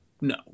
no